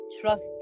trust